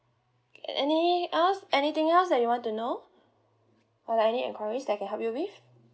any else anything else that you want to know or any enquiries that I can help you with